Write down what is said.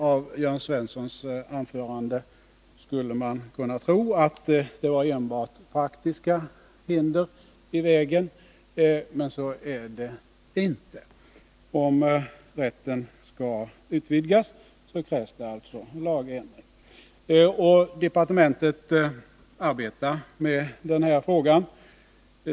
Av Jörn Svenssons anförande skulle man kunna tro att det var enbart praktiska hinder i vägen, men så är det inte. Om rätten skall utvidgas krävs det alltså en lagändring. Departementet arbetar med denna fråga.